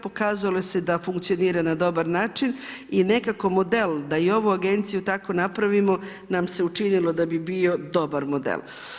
Pokazalo se da funkcionira na dobar način i nekako model da i ovu agenciju tako napravimo nam se učinilo da bi bio dobar model.